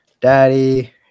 daddy